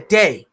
day